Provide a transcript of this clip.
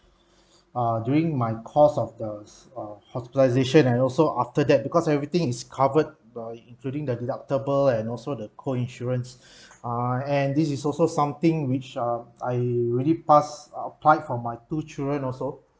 uh during my course of those uh hospitalisation and also after that because everything is covered by including the deductible and also the co- insurance uh and this is also something which uh I really pass applied for my two children also